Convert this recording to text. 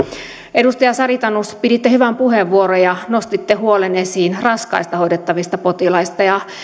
edustaja sari tanus piditte hyvän puheenvuoron ja nostitte huolen esiin raskaasti hoidettavista potilaista